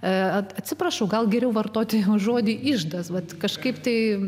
et atsiprašau gal geriau vartoti žodį iždas vat kažkaip tai